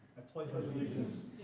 i pledge pledge allegiance